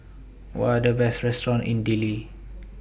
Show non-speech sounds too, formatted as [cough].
What Are The Best restaurants in Dili [noise]